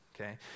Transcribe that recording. okay